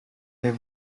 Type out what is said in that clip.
est